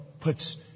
puts